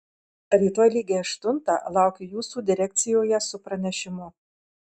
rytoj lygiai aštuntą laukiu jūsų direkcijoje su pranešimu